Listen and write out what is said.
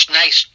nice